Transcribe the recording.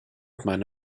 meine